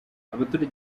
abaturage